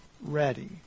ready